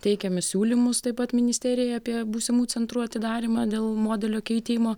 teikėme siūlymus taip pat ministerijai apie būsimų centrų atidarymą dėl modelio keitimo